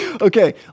Okay